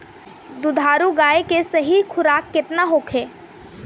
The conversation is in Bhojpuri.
दुधारू गाय के सही खुराक केतना होखे?